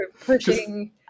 pushing